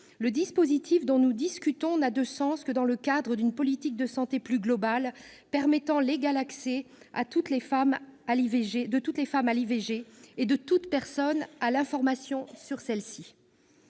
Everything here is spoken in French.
le dispositif dont nous discutons n'a de sens que dans le cadre d'une politique de santé plus globale permettant l'égal accès de toutes les femmes à l'IVG et de toute personne à l'information sur celle-ci.